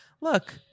Look